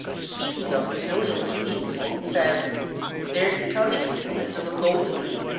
speaking of brazilian indians, says their fecundity is of a low degree,